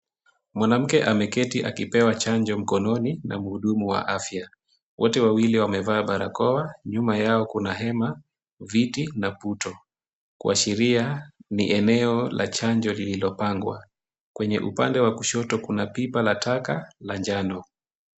Mwanamke ameketi akipewa chanjo mkononi na mhudumu wa afya. Wote wawili wamevaa barakoa, nyuma yao kuna hema viti na puto. Kuashiria ni eneo la chanjo lililopangwa. Kwenye upande wa kushoto kuna pipa la taka la njano.